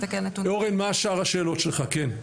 אורן, מה שאר השאלות שלך, כן.